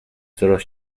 coraz